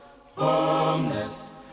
homeless